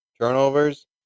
turnovers